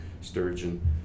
Sturgeon